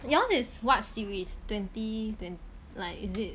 yours is what series twenty twen~ like is it